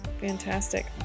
Fantastic